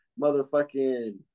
motherfucking